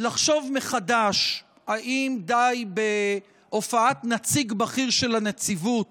לחשוב מחדש אם די בהופעת נציג בכיר של הנציבות